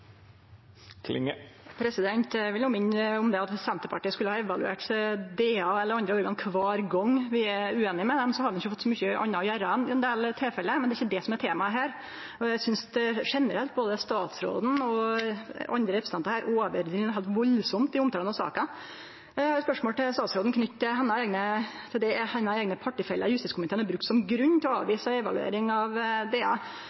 Eg vil minne om at om Senterpartiet skulle ha evaluert DA eller andre organ kvar gong vi er ueinige med dei, hadde vi ikkje hatt så mykje anna å gjera enn det. I dette tilfellet er det ikkje det som er temaet. Eg synest generelt at både statsråden og andre representantar overdriv noko heilt utruleg i omtalen av saka. Eg har eit spørsmål til statsråden knytt til det hennar eigne partifellar i justiskomiteen har brukt som grunn til å